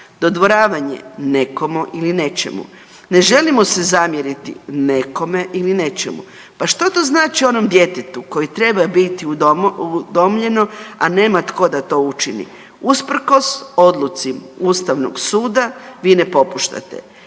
dodvoravanje nekomu ili nečemu. Ne želimo se zamjeriti nekome ili nečemu, pa što to znači onom djetetu koje treba biti udomljeno, a nema tko da to učini. Usprkos odluci ustavnog suda vi ne popuštate